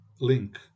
link